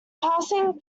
passing